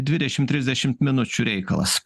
dvidešimt trisdešimt minučių reikalas